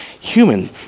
human